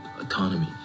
autonomy